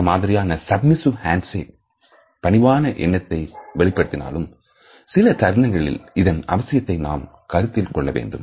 இந்த மாதிரியான submissive handshake பணிவான எண்ணத்தை வெளிப்படுத்தினாலும் சில தருணங்களில் இதன் அவசியத்தை நாம் கருத்தில் கொள்ள வேண்டும்